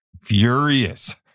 furious